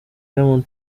diamond